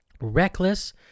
reckless